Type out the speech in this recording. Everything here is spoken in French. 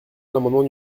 l’amendement